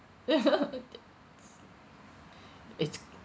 it's